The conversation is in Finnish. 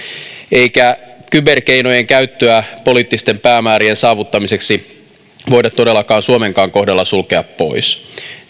eikä kyberkeinojen käyttöä poliittisten päämäärien saavuttamiseksi voida todellakaan suomenkaan kohdalla sulkea pois